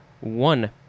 One